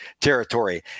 territory